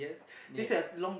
yes